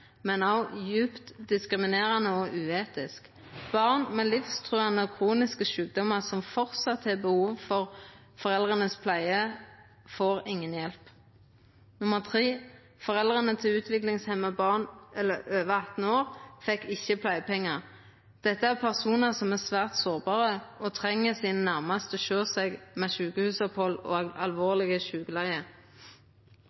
men òg djupt diskriminerande og uetisk. Barn med livtrugande og kroniske sjukdomar som framleis har behov for pleie frå foreldra, får inga hjelp. Foreldre til utviklingshemma barn under 18 år fekk ikkje pleiepengar. Dette er personar som er svært sårbare, og som treng sine næraste hjå seg under sjukehusopphald og